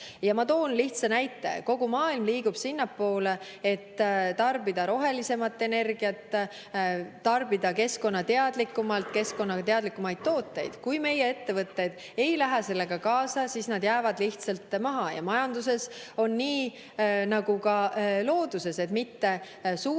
Ma toon lihtsa näite. Kogu maailm liigub sinnapoole, et tarbida rohelisemat energiat, tarbida keskkonnateadlikumalt, [tarbida] keskkonnateadlikumaid tooteid. Kui meie ettevõtted ei lähe sellega kaasa, siis nad jäävad lihtsalt maha. Majanduses on nii nagu ka looduses, et mitte suured